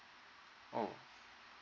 oh